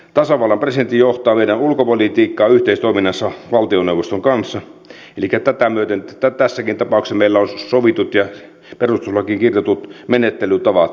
tasavallan presidentti johtaa meidän ulkopolitiikkaa yhteistoiminnassa valtioneuvoston kanssa elikkä tätä myöten tässäkin tapauksessa meillä on sovitut ja perustuslakiin kirjatut menettelytavat